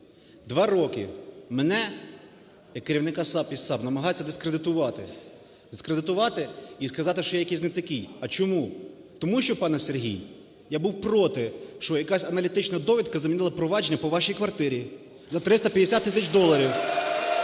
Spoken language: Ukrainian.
Два роки мене як керівника САП і САП намагаються дискредитувати. Дискредитувати і сказати, що якийсь не такий. А чому? Тому що, пане Сергій, я був проти, що якась аналітична довідка замінила провадження по вашій квартирі на 350 тисяч доларів.